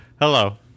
Hello